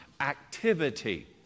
activity